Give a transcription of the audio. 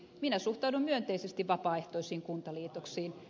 minä suhtaudun myönteisesti vapaaehtoisiin kuntaliitoksiin